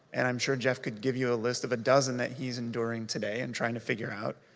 and i'm sure jeff could give you a list of a dozen that he's enduring today and trying to figure out,